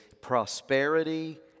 prosperity